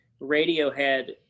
Radiohead